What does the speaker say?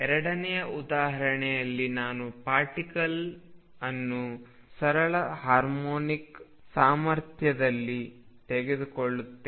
ಎರಡನೆಯ ಉದಾಹರಣೆಯಲ್ಲಿ ನಾನು ಪಾರ್ಟಿಕಲ್ ಅನ್ನು ಸರಳ ಹಾರ್ಮೋನಿಕ್ ಸಾಮರ್ಥ್ಯದಲ್ಲಿ ತೆಗೆದುಕೊಳ್ಳುತ್ತೇನೆ